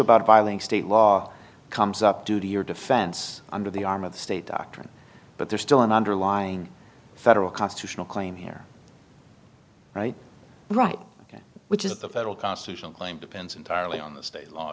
about filing state law comes up due to your defense under the arm of the state doctrine but there's still an underlying federal constitutional claim here right right which is the federal constitutional claim depends entirely on the state law